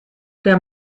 der